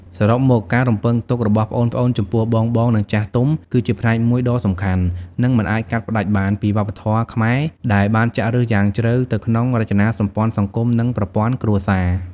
សរុបមក ការរំពឹងទុករបស់ប្អូនៗចំពោះបងៗ និងចាស់ទុំ គឺជា ផ្នែកមួយដ៏សំខាន់ និងមិនអាចកាត់ផ្ដាច់បាន ពីវប្បធម៌ខ្មែរ ដែលបានចាក់ឫសយ៉ាងជ្រៅទៅក្នុងរចនាសម្ព័ន្ធសង្គម និងប្រព័ន្ធគ្រួសារ។